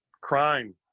crime